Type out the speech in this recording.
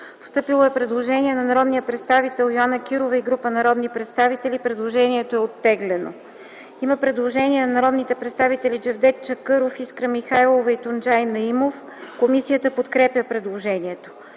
Постъпило е предложение от народния представител Йоана Кирова и група народни представители, което е оттеглено. Има предложение на народните представители Джевдет Чакъров, Искра Михайлова и Тунджай Наимов. Комисията подкрепя предложението.